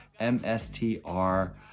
MSTR